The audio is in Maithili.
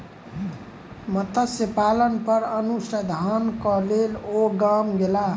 मत्स्य पालन पर अनुसंधान के लेल ओ गाम गेला